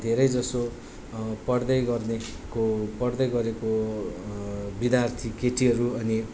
धेरै जसो पढ्दै गर्नेको पढ्दै गरेको विद्यार्थी केटीहरू अनि